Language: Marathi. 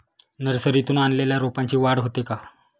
नर्सरीतून आणलेल्या रोपाची वाढ होते का?